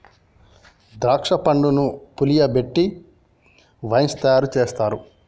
ద్రాక్ష పండ్లను పులియబెట్టి వైన్ తయారు చేస్తారు